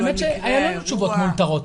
אז האמת שהיו לי תשובות מאולתרות.